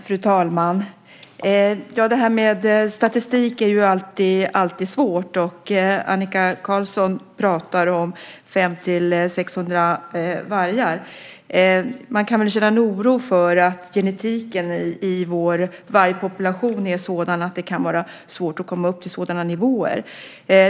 Fru talman! Det här med statistik är ju alltid svårt, och Annika Qarlsson pratar om 500-600 vargar. Man kan väl känna en oro för att genetiken i vår vargpopulation är sådan att det kan vara svårt att komma upp till sådana nivåer.